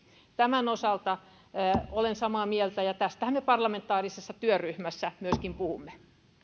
tämän osalta olen samaa mieltä ja tästähän me parlamentaarisessa työryhmässä myöskin puhumme